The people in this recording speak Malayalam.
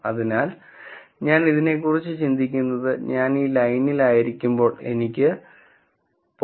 അതിനാൽ ഞാൻ ഇതിനെക്കുറിച്ച് ചിന്തിക്കുന്നത് ഞാൻ ഈ ലൈനിൽ ആയിരിക്കുമ്പോൾ എനിക്ക് 0